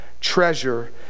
treasure